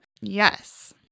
Yes